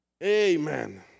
Amen